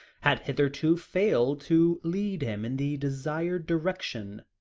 had hitherto failed to lead him in the desired direction.